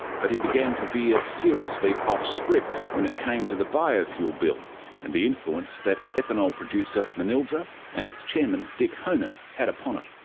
but he began to veer seriously off script when it came to the biofuel bill and the influence that ethanol producer manildra, and its chairman dick honan, had upon it.